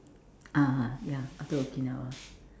ah ah ya ya after Okinawa